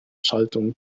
schaltung